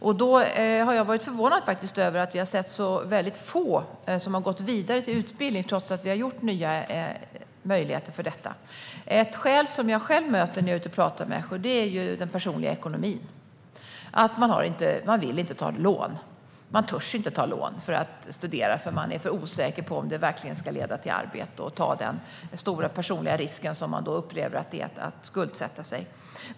Jag har faktiskt varit förvånad över att vi har sett så väldigt få som har gått vidare till utbildning trots att vi har skapat nya möjligheter för detta. Ett skäl jag själv möter när jag är ute och pratar med människor är den personliga ekonomin. Man vill inte ta ett lån för att studera. Man törs inte, eftersom man är osäker på om det verkligen kommer att leda till arbete att ta den stora personliga risk man upplever att det är att skuldsätta sig.